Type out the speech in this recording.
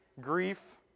grief